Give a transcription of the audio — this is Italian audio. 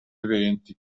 eventi